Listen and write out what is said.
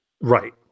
Right